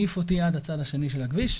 העיף אותי עד הצד השני של הכביש.